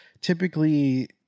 typically